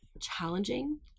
challenging